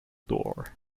door